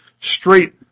straight